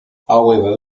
however